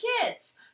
kids